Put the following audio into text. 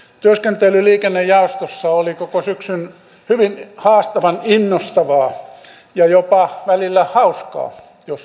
työskentely liikennejaostossa oli koko syksyn hyvin haastavan innostavaa ja jopa välillä hauskaa jos uskallan niin sanoa